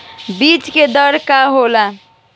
बीज के दर का होखेला?